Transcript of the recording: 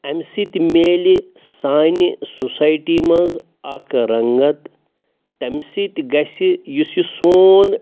امہِ سۭتۍ میلہِ سانہِ سوسایٹی منٛز اَکھ رنٛگت تمہِ سۭتۍ گژھہِ یُس یہِ سوٗن